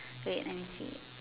wait let me see